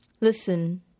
Listen